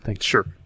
Sure